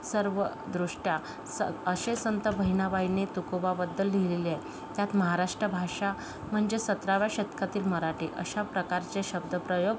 सर्वदृष्ट्या सं असे संत बहिणाबाईंनी तुकोबाबद्दल लिहिलेले आहे त्यात महाराष्ट्र भाषा म्हणजे सतराव्या शतकातील मराठी अशा प्रकारचे शब्दप्रयोग